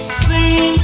see